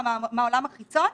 רעיון מסדר,